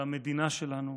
על המדינה שלנו